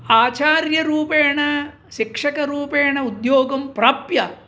आचार्यरूपेण शिक्षकरूपेण उद्योगं प्राप्य